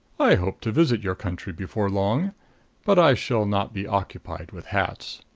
i hope to visit your country before long but i shall not be occupied with hats.